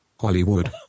Hollywood